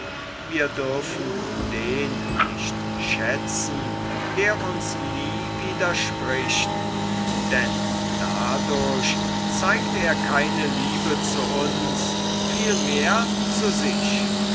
wir dürfen den nicht schätzen der uns nie widerspricht denn dadurch zeigt er keine liebe zu uns vielmehr zu sich